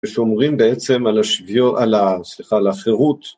ושומרים בעצם על השיווין, סליחה, על החירות.